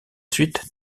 suite